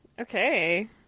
Okay